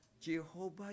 Jehovah